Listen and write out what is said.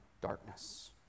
darkness